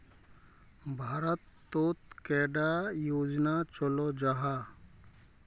भारत तोत कैडा योजना चलो जाहा?